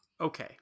Okay